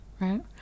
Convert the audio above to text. right